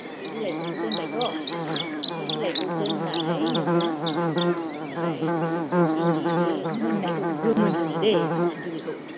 खान्थाल बिलाइफोरखौ दोनबायथ' खान्थाल बिलाइखौ दोननानै नोंङो आमफ्राय इन्दि बे मोननायखौ गोमोन होनो दे खिन्थु बेखौ